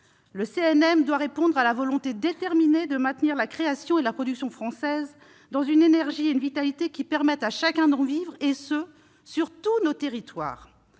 Le CNM doit répondre à la volonté déterminée de maintenir la création et la production françaises dans une énergie et une vitalité qui permettent à chacun des acteurs d'en vivre, et ce sur tous nos territoires.